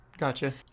gotcha